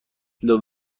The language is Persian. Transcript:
بیایید